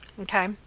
Okay